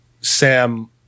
Sam